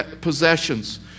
possessions